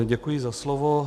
Děkuji za slovo.